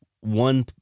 one